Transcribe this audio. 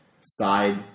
side